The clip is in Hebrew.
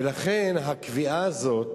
ולכן הקביעה הזאת